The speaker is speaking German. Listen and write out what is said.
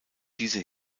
diese